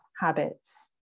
habits